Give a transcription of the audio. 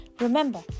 Remember